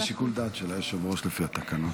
זה שיקול דעת של היושב-ראש, לפי התקנון.